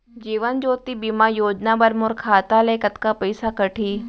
जीवन ज्योति बीमा योजना बर मोर खाता ले कतका पइसा कटही?